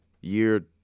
year